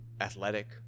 athletic